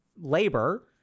labor